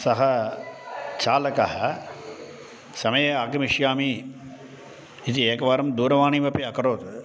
सः चालकः समये आगमिष्यामि इति एकवारं दूरवाणीमपि अकरोत्